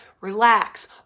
relax